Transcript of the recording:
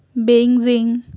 بینگزنگ